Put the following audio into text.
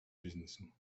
бізнесу